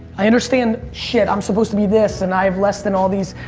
i understand shit. i'm supposed to be this. and i have less than all these,